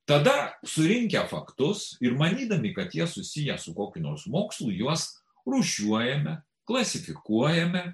tada surinkę faktus ir manydami kad jie susiję su kokiu nors mokslu juos rūšiuojame klasifikuojame